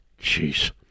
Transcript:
jeez